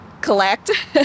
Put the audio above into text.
collect